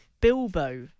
Bilbo